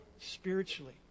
spiritually